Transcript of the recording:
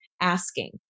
asking